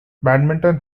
badminton